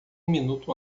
minuto